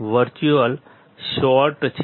તેથી એક virtual short છે